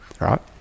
right